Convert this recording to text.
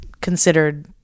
considered